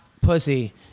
pussy